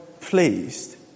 pleased